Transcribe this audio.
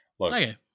Okay